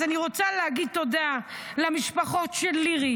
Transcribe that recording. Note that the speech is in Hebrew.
אז אני רוצה להגיד תודה למשפחות של לירי